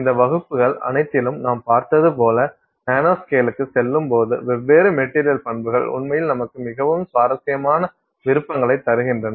இந்த வகுப்புகள் அனைத்திலும் நாம் பார்த்தது போல நானோஸ்கேலுக்கு செல்லும்போது வெவ்வேறு மெட்டீரியல் பண்புகள் உண்மையில் நமக்கு மிகவும் சுவாரஸ்யமான விருப்பங்களைத் தருகின்றன